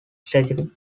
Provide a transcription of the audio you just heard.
surgery